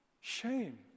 Shame